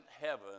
heaven